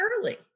early